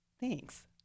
thanks